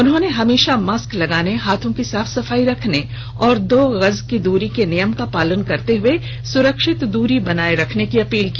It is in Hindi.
उन्होंने हमेशा मास्क लगाने हाथों की साफ सफाई रखने और दो गज की दूरी के नियम का पालन करते हुए सुरक्षित दूरी बनाए रखने की अपील की